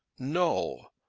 no.